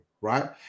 Right